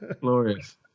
glorious